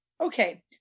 Okay